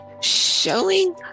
showing